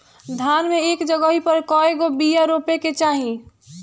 धान मे एक जगही पर कएगो बिया रोपे के चाही?